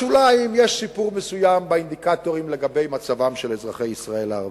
בשוליים יש שיפור מסוים באינדיקטורים על מצבם של אזרחי ישראל הערבים.